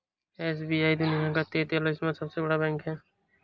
SBI दुनिया का तेंतालीसवां सबसे बड़ा बैंक है